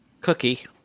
cookie